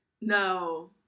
No